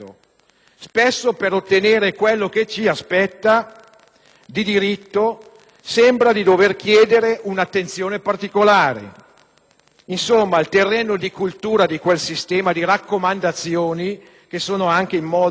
spesso, per ottenere quello che ci spetta di diritto, sembra si debba chiedere un'attenzione particolare. Insomma, è il terreno di coltura di quel sistema di raccomandazioni che rappresenta anche il modo,